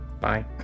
Bye